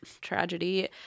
Tragedy